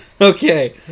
Okay